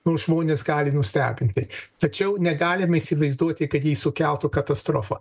nors žmonės gali nustebinti tačiau negalim įsivaizduoti kad ji sukeltų katastrofą